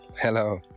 Hello